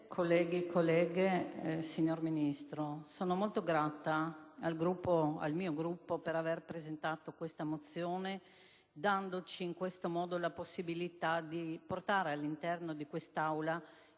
colleghe e colleghi senatori, signor Ministro, sono molto grata al mio Gruppo per aver presentato la mozione n. 173, dandoci in questo modo la possibilità di portare all'interno di quest'Aula